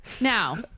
Now